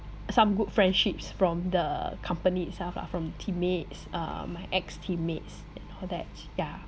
some good friendships from the company itself lah from teammates uh my ex teammates all that yeah